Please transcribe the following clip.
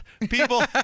people